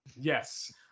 yes